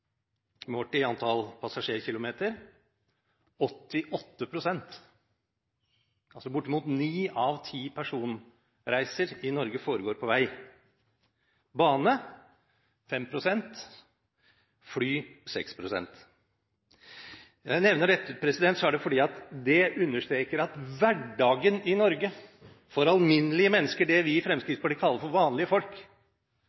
i antall passasjerkilometer 88 pst. Bortimot ni av ti personreiser i Norge foregår på vei, 5 pst. med bane og 6 pst. med fly. Når jeg nevner dette, er det fordi det understreker at i hverdagen i Norge for alminnelige mennesker – dem vi i